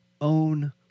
own